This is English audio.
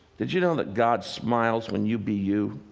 did you know that god smiles when you be you?